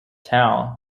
town